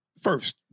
first